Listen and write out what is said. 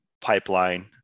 pipeline